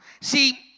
See